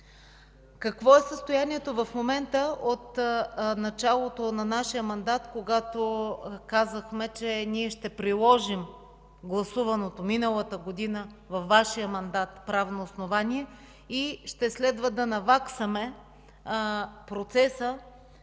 Какво е състоянието в момента, от началото на нашия мандат, когато казахме, че ние ще приложим гласуваното миналата година във Вашия мандат правно основание и ще следва да наваксаме процеса